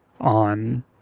on